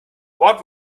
what